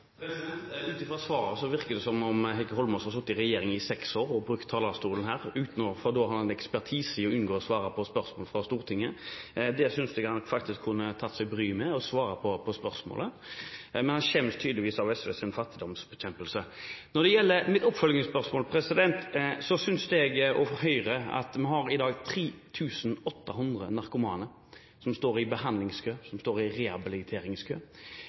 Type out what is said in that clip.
Ut fra svaret virker det som om Heikki Holmås har sittet i regjering i seks år, for da har han ekspertise i å unngå å svare på spørsmål fra Stortinget. Jeg synes faktisk han kunne tatt seg bryet med å svare på spørsmålet, men han skjemmes tydeligvis over SVs fattigdomsbekjempelse. Så til mitt oppfølgingsspørsmål. Vi har i dag 3 800 narkomane som står i behandlingskø, som står i rehabiliteringskø,